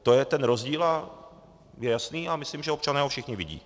To je ten rozdíl, je jasný a myslím, že občané ho všichni vidí.